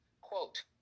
Quote